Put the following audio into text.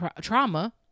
trauma